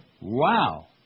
Wow